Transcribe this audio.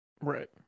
right